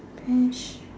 bench